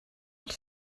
els